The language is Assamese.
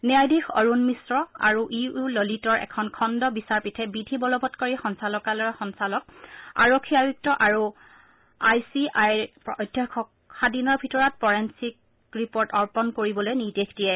ন্যায়াধীশ অৰুণ মিশ্ৰ আৰু ইউ ইউ ললিতৰ এখন খণ্ড বিচাৰপীঠে বিধি বলৱৎকাৰী সঞ্চালকালয়ৰ সঞ্চালক আৰক্ষী আয়ুক্ত আৰু আইচিএআইৰ অধ্যক্ষক সাদিনৰ ভিতৰত ফৰেনচিক ৰিপোৰ্ট অৰ্পণ কৰিবলৈ নিৰ্দেশ দিয়ে